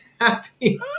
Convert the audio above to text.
happy